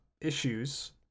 issues